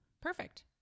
Perfect